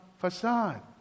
facade